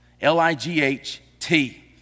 L-I-G-H-T